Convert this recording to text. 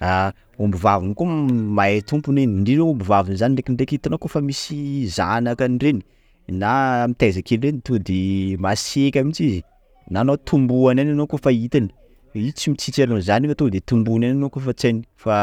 Ah omby vaviny koa mahay tompony iny, indrindra omby vavy zany ndrindraiky, hitanao koa fa misy zanakany reny na mitaiza kely reny tonga de masiaka mintsy izy, na anao tombohany any anao kôfa hitany, izy io tsy mitsitsy anao zany fa tonga de tombohany any anao koafa tsy hainy, fa